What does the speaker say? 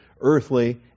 earthly